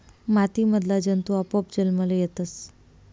माती मधला जंतु आपोआप जन्मले येतस